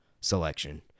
selection